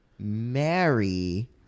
Marry